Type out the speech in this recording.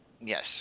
Yes